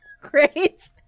great